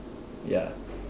ya